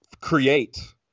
create